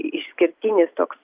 išskirtinis toks